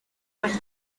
and